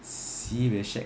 sibei shag